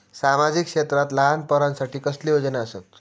सामाजिक क्षेत्रांत लहान पोरानसाठी कसले योजना आसत?